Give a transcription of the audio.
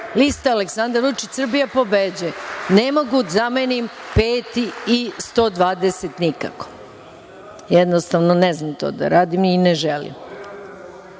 lista Aleksandar Vučić – Srbija pobeđuje. Ne mogu da zamenim 5 i 120 nikako. Jednostavno ne znam to da radim i ne želim.